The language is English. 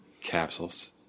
capsules